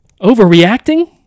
Overreacting